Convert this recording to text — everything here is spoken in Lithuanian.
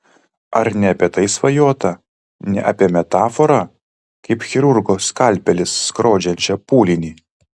ar ne apie tai svajota ne apie metaforą kaip chirurgo skalpelis skrodžiančią pūlinį